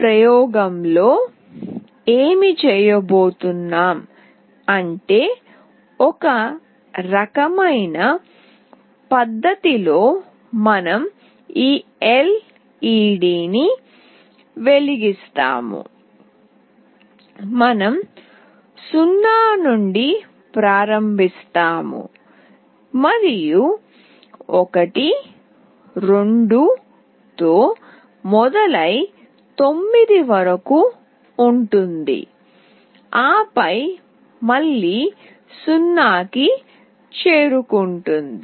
ఈ ప్రయోగంలో ఏమి చేయబోతున్నాం అంటే ఒక రకమైన పద్ధతిలో మనం ఈ LED ని వెలిగిస్తాము మనం 0 నుండి ప్రారంభిస్తాము మరియు ఇది 1 2 తో మొదలై 9 వరకు ఉంటుంది ఆపై మళ్లీ 0 కి చేరుకుంటుంది